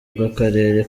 bw’akarere